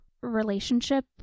relationship